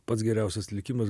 pats geriausias likimas